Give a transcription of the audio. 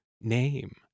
name